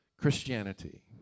christianity